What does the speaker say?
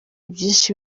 byinshi